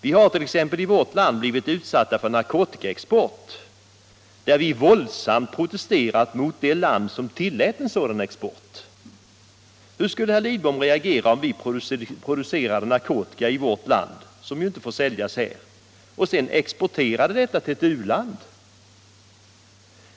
Vi har t.ex. i vårt land blivit utsatta för narkotikaexport, där vi våldsamt har protesterat mot det land som tillät en sådan export. Hur skulle herr Lidbom reagera om vi i vårt land producerade narkotika —- som ju inte får säljas här — och sedan exporterade den till ett u-land?